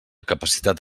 capacitat